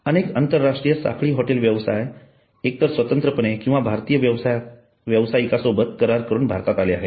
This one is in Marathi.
अनेक आंतरराष्ट्रीय साखळी हॉटेल व्यवसाय एक तर स्वतंत्रपणे किंवा भारतीय व्यवसायिकासोबत करार करून भारतात आले आहेत